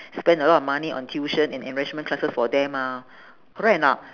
spend a lot of money on tuition and enrichment classes for them ah correct or not